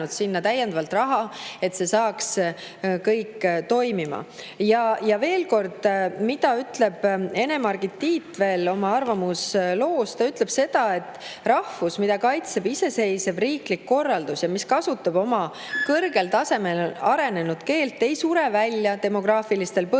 sinna täiendavalt raha, et see kõik saaks toimima. Ja veel kord, mida ütleb Ene-Margit Tiit veel oma arvamusloos: ta ütleb seda, et rahvus, mida kaitseb iseseisev riiklik korraldus ja mis kasutab oma kõrgel tasemel arenenud keelt, ei sure välja demograafilistel põhjustel.